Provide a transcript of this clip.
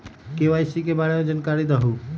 KYC के बारे में जानकारी दहु?